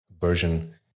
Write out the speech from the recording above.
version